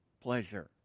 pleasure